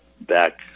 back